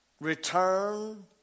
return